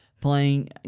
playing